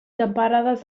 temperades